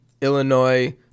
Illinois